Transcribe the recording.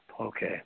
Okay